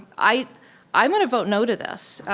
i'm i'm gonna vote no to this,